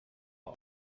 all